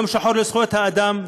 יום שחור לזכויות האדם,